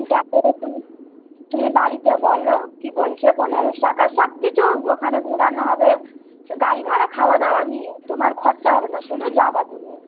দেখো তুমি তুমি বাড়িতে বলো কী বলছে পনেরোশো টাকা সব কিছু ওখানে ঘুরানো হবে গাড়ি ভাড়া খাওয়া দাওয়া নিয়ে তোমার খরচা হবে না শুধু যাবে তুমি